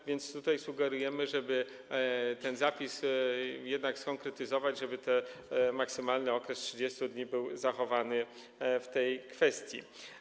A więc tutaj sugerujemy, żeby ten zapis jednak skonkretyzować, żeby ten maksymalny okres 30 dni był zachowany w tej kwestii.